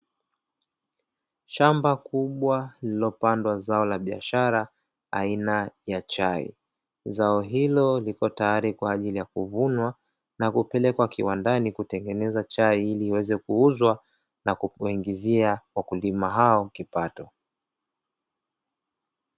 Shamba kubwalililopandwa zo la biashara aina ya chai zao hilo liko tayari kwa ajili ya kuvunwa na kupelekwa kiwandani kutengeneza chai, ili iweze kuuzwa na kukuingizia kwa kulima hao kipato.